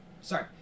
sorry